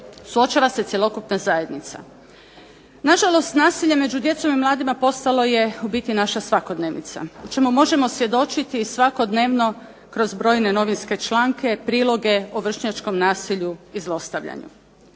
suočava se cjelokupna zajednica. Na žalost nasilje među djecom i mladima postalo je u biti naša svakodnevica, o čemu možemo svjedočiti i svakodnevno kroz brojne novinske članke, priloge o vršnjačkom nasilju i zlostavljanju.